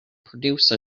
produce